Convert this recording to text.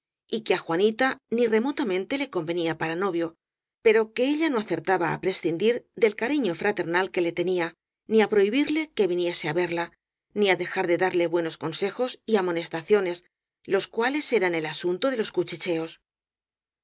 y que á juanita ni remotamente le convenía para novio pero que ella no acertaba á prescindir del cariño fraternal que le tenía ni á prohibirle que viniese á verla ni á dejar de darle buenos conse jos y amonestaciones los cuales eran el asunto de los cuchicheos